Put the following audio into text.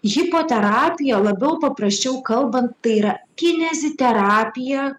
hipoterapija labiau paprasčiau kalbant tai yra kineziterapija